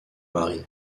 mari